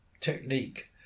technique